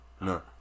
No